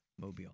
Mobile